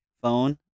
phone